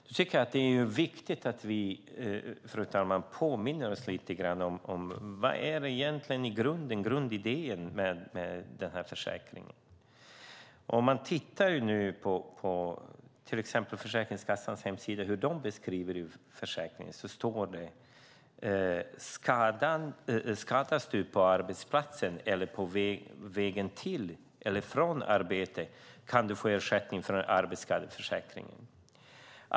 Jag tycker att det är viktigt att vi, fru talman, påminner oss lite grann om vad som egentligen är grundidén med den här försäkringen. Man kan titta på till exempel Försäkringskassans hemsida, hur de beskriver försäkringen. Där står det: Skadas du på arbetsplatsen eller på vägen till eller från arbetet kan du få ersättning från arbetsskadeförsäkringen.